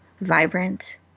vibrant